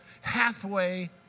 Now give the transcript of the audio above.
halfway